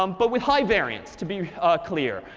um but with high variance to be clear.